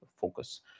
focus